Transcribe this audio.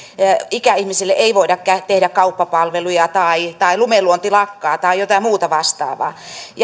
ikäihmisille ei voida tehdä kauppapalveluja tai lumenluonti lakkaa tai jotain muuta vastaavaa